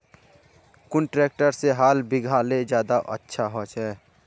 कुन ट्रैक्टर से हाल बिगहा ले ज्यादा अच्छा होचए?